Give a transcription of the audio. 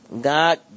God